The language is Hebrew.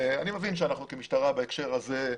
אני מבין שאנחנו כמשטרה בהקשר הזה,